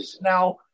Now